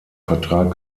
vertrag